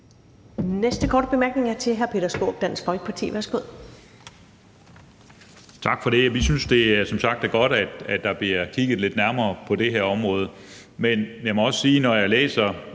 næste korte bemærkning er til hr. Peter Skaarup, Dansk Folkeparti. Værsgo. Kl. 14:16 Peter Skaarup (DF): Tak for det. Vi synes som sagt, det er godt, at der bliver kigget lidt nærmere på det her område, men jeg må også sige, at når jeg læser